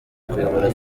kuyobora